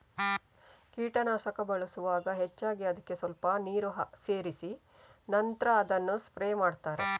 ಕೀಟನಾಶಕ ಬಳಸುವಾಗ ಹೆಚ್ಚಾಗಿ ಅದ್ಕೆ ಸ್ವಲ್ಪ ನೀರು ಸೇರಿಸಿ ನಂತ್ರ ಅದನ್ನ ಸ್ಪ್ರೇ ಮಾಡ್ತಾರೆ